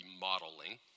modeling